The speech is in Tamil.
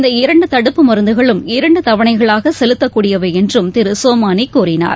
இந்த இரண்டு தடுப்பு மருந்துகளும் இரண்டு தவணைகளாக செலுத்தக்கூடியவை என்றும் திரு சோமானி கூறினார்